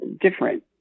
different